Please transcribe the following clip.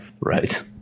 Right